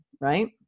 right